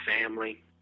family